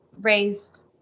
raised